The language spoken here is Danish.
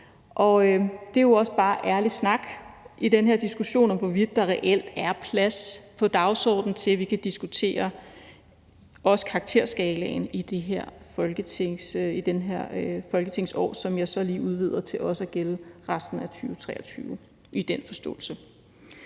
Og det er jo også bare ærlig snak i den her diskussion om, hvorvidt der reelt er plads på dagsordenen til, at vi også kan diskutere karakterskalaen i det her folketingsår, som jeg så lige udvider til også at gælde resten af 2023 i den forståelse.